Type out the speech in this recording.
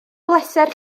bleser